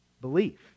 belief